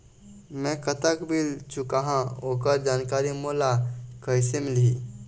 मैं कतक बिल चुकाहां ओकर जानकारी मोला कइसे मिलही?